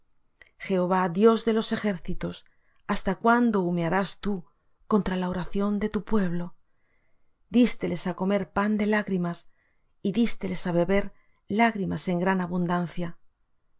jehová dios de los ejércitos hasta cuándo humearás tú contra la oración de tu pueblo dísteles á comer pan de lágrimas y dísteles á beber lágrimas en gran abundancia